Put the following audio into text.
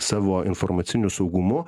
savo informaciniu saugumu